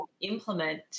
implement